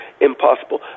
impossible